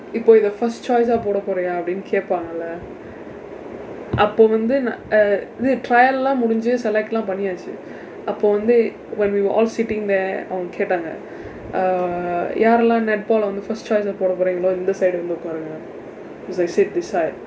இப்போ இதை:ippoo ithai first choice ah போடா பொறியா அப்படின்னு கேட்பாங்க:poodaa pooriyaa appadinnu keetpaangka leh அப்போ வந்து இது:appo vandthu ithu trial எல்லாம் முடிஞ்சு:ellaam mudinjsu select எல்லாம் பண்ணியாச்சு அப்போ வந்து:ellaam panniyaachsu appo vandthu when we were all sitting there அவங்க கேட்டாங்க:avangka keetdaangka uh யார் எல்லாம்:yaar ellaam netball-lae வந்து:vandthu first choice-aa போட போறிங்களோ இந்த:poda poriingkaloo indtha side வந்து உட்காருங்க:vandthu utkaarungka it was like sit this side